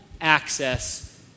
access